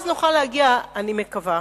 אז נוכל להגיע, אני מקווה,